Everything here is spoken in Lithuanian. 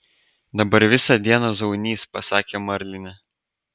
dabar visą dieną zaunys pasakė marlinė